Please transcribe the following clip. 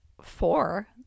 four